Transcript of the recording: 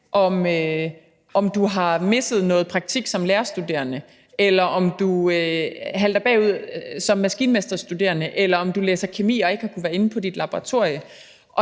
om du har misset noget praktik som lærerstuderende, eller om du halter bagud som maskinmesterstuderende, eller om du læser kemi og ikke har kunnet være inde på dit laboratorie,